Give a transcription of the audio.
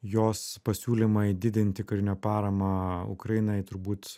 jos pasiūlymai didinti karinę paramą ukrainai turbūt